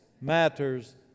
matters